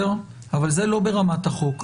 אבל זה לא ברמת החוק.